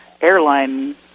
airline